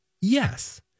Yes